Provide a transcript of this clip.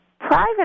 private